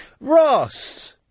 Ross